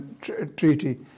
Treaty